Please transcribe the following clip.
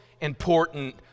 important